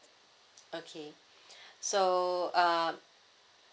okay so uh